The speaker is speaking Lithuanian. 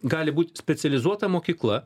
gali būti specializuota mokykla